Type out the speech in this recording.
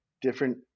different